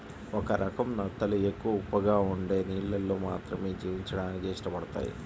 ఒక రకం నత్తలు ఎక్కువ ఉప్పగా ఉండే నీళ్ళల్లో మాత్రమే జీవించడానికి ఇష్టపడతయ్